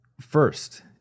First